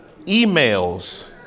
emails